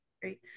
Great